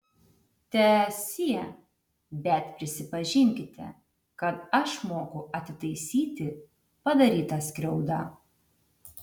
teesie bet prisipažinkite kad aš moku atitaisyti padarytą skriaudą